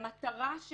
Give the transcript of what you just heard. מטרתו